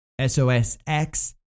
SOSX